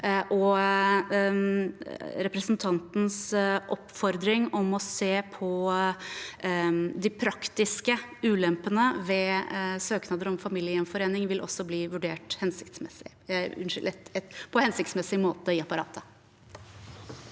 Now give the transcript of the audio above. representantens oppfordring om å se på de praktiske ulempene ved søknader om familiegjenforening vil også bli vurdert på hensiktsmessig måte i apparatet.